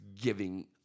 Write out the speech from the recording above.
giving